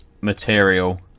material